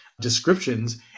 descriptions